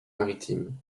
maritimes